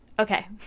Okay